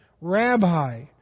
Rabbi